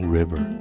River 》 。